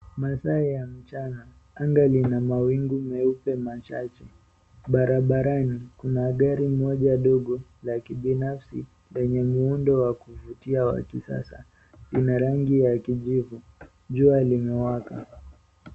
Masaa ya mchana. Anga lina mawingu meupe machache. Barabarani kuna gari moja dogo la kibinafsi lenye muundo wa kuvutia wa kisasa. Lina rangi ya kijivu. Jua limewaka.